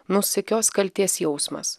nuosaikios kaltės jausmas